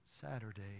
Saturday